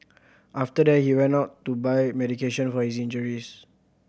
after that he went out to buy medication for his injuries